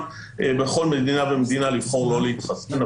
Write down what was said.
בכל מדינה ומדינה לבחור לא להתחסן,